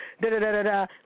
da-da-da-da-da